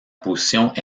position